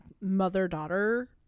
mother-daughter